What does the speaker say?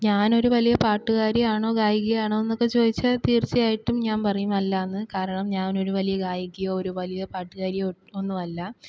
ഞാനൊരു വലിയ പാട്ടുകാരിയാണോ ഗായികയാണോ എന്നൊക്കെ ചോദിച്ചാല് തീര്ച്ചയായിട്ടും ഞാന് പറയും അല്ല എന്ന് കാരണം ഞാനൊരു ഒരു വലിയ ഗായികയോ പാട്ടുകാരിയോ ഒന്നും അല്ല